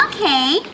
Okay